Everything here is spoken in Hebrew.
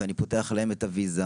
ואני פותח להם את הוויזה